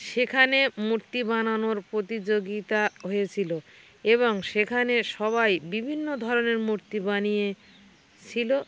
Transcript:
সেখানে মূর্তি বানানোর প্রতিযোগিতা হয়েছিলো এবং সেখানে সবাই বিভিন্ন ধরনের মূর্তি বানিয়েছিলো